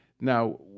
Now